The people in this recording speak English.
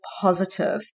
positive